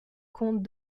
compte